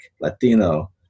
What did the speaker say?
Latino